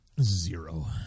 Zero